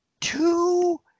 two